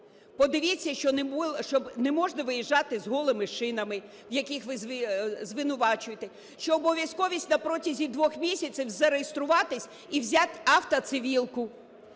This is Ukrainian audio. подивіться, що не можна виїжджати з голими шинами, в яких ви звинувачуєте, що обов'язковість на протязі двох місяців зареєструватися і взяти автоцивілку,